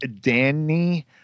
Danny